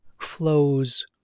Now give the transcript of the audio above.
flows